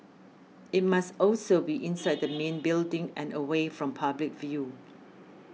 it must also be inside the main building and away from public view